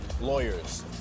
lawyers